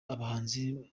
abahanzi